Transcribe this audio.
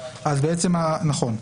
נכון.